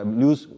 news